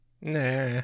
Nah